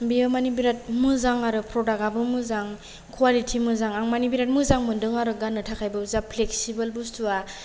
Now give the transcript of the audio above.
बियो माने बिराथ मोजां आरो प्रडाक्टयाबो मोजां क्वालिटि मोजां आं माने बिरात मोजां मोन्दों आरो गान्नो थाखायबो जा फ्लेग्सिबोल बुस्तुवा ओमफ्राय